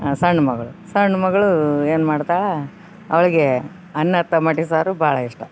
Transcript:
ಸಣ್ಣ ಮಗ್ಳು ಸಣ್ಣ ಮಗಳು ಏನು ಮಾಡ್ತಳೆ ಅವ್ಳ್ಗೆ ಅನ್ನ ಟೊಮ್ಯಾಟೊ ಸಾರು ಭಾಳ ಇಷ್ಟ